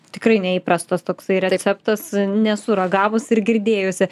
tikrai neįprastas toksai receptas nesu ragavus ir girdėjusi